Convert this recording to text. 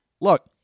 look